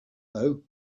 though